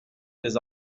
des